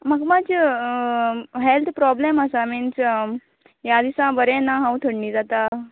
म्हाका मातशें health problem आसा मिन्स ह्या दिसान बरें ना हांव थंडी जाता